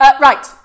Right